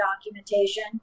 documentation